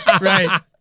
Right